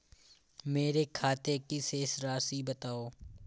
मेरे खाते की शेष राशि बताओ?